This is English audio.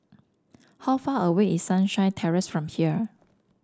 how far away is Sunshine Terrace from here